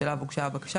שאליו הוגשה הבקשה,